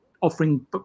offering